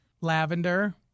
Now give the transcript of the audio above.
Lavender